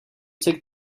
took